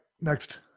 next